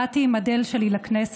באתי עם אדל שלי לכנסת.